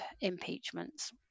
impeachments